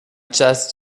just